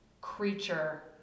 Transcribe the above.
creature